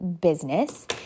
business